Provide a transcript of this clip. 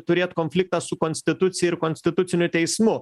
turėt konfliktą su konstitucija ir konstituciniu teismu